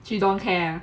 she don't care ah